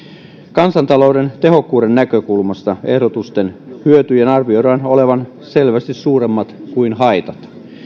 kansantalouden tehokkuuden näkökulmasta ehdotusten hyötyjen arvioidaan olevan selvästi suuremmat kuin haitat